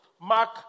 Mark